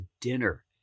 dinner